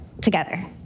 together